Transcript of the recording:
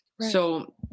So-